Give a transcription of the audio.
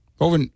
Over